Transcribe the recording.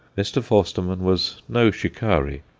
mr. forstermann was no shikari,